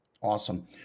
Awesome